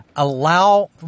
Allow